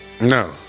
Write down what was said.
No